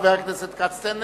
חבר הכנסת כץ,